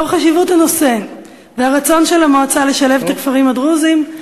לאור חשיבות הנושא והרצון של המועצה לשלב את הכפרים הדרוזיים,